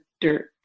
dirt